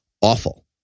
AWFUL